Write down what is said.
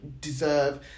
deserve